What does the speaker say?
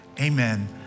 Amen